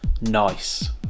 nice